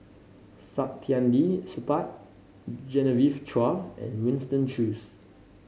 Saktiandi Supaat Genevieve Chua and Winston Choos